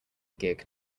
gig